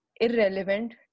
irrelevant